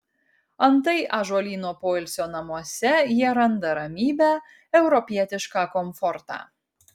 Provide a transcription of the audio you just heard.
antai ąžuolyno poilsio namuose jie randa ramybę europietišką komfortą